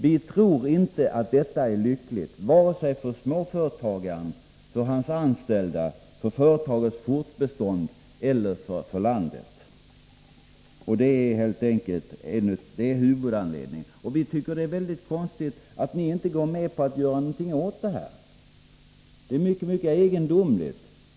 Vi tror inte att detta är lyckligt vare sig för småföretagaren, för hans anställda, för företagets fortbestånd eller för landet. Det är huvudanledningen till vårt ställningstagande. Vi tycker att det är mycket egendomligt att ni inte går med på att göra något åt detta.